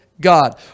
God